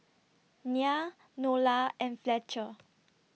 Nya Nola and Fletcher